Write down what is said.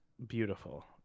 beautiful